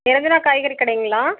நிரஞ்சனா காய்கறி கடைங்களா